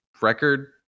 record